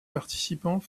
participants